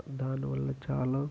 దాని వల్ల చాలా